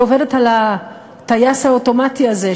היא עובדת על הטייס האוטומטי הזה,